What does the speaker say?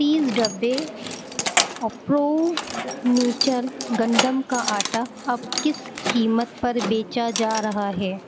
تیس ڈبے پرو نیچر گندم کا آٹا اب کس قیمت پر بیچا جا رہا ہے